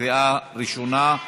בקריאה ראשונה.